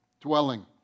dwelling